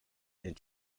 and